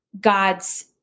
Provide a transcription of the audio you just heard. God's